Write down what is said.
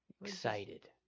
excited